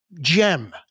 gem